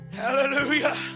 Hallelujah